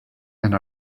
and